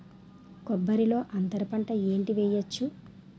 కొబ్బరి లో అంతరపంట ఏంటి వెయ్యొచ్చు?